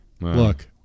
Look